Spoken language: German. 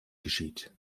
geschieht